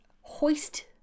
hoist